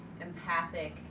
empathic